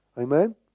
Amen